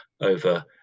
over